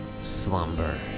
slumber